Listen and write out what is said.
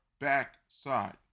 backside